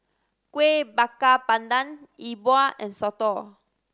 Kuih Bakar Pandan Yi Bua and soto